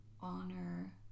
honor